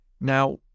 Now